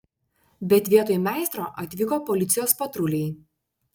bet vietoj meistro atvyko policijos patruliai